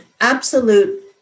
absolute